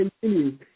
continue